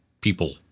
people